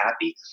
happy